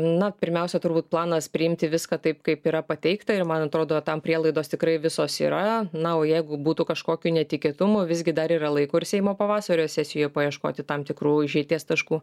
na pirmiausia turbūt planas priimti viską taip kaip yra pateikta ir man atrodo tam prielaidos tikrai visos yra na o jeigu būtų kažkokių netikėtumų visgi dar yra laiko ir seimo pavasario sesijoje paieškoti tam tikrų išeities taškų